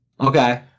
Okay